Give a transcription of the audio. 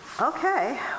Okay